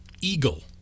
eagle